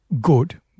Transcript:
good